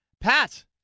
Pat